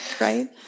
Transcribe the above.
right